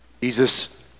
Jesus